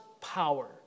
power